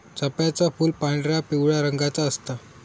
चाफ्याचा फूल पांढरा, पिवळ्या रंगाचा असता